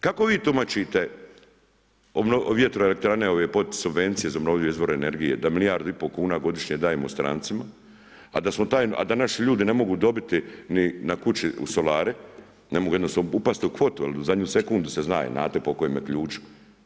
Kako vi tumačite vjetroelektrane ove podsubvencije za obnovljive izvore energije, da milijardu i pol kuna godišnje dajemo strancima, a da naši ljudi ne mogu dobiti ni na kući solare, ne mogu jednostavno upasti u kvotu, jer u zadnju sekundu se zna i znate po kojem ključu.